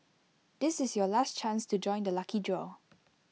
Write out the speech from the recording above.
this is your last chance to join the lucky draw